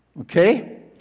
okay